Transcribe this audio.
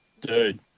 dude